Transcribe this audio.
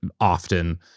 often